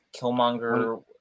Killmonger